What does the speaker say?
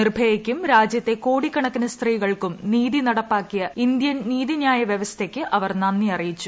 നിർഭയയ്ക്കും രാജ്യത്തെ കോടിക്കണക്കിന് സ്ത്രീകൾക്കും നീതി നടപ്പാക്കിയ ഇന്ത്യൻ നീതിന്യായ വ്യവസ്ഥയ്ക്ക് അവർ നന്ദി അറിയിച്ചു